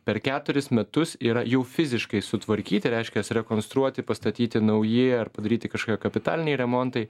per keturis metus yra jau fiziškai sutvarkyti reiškias rekonstruoti pastatyti nauji ar padaryti kažkokie kapitaliniai remontai